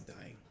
dying